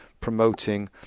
promoting